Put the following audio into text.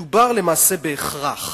מדובר למעשה בהכרח,